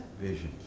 vision